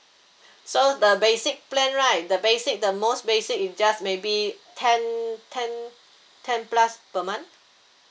so the basic plan right the basic the most basic is just may be ten ten ten plus per month